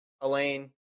Elaine